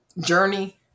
journey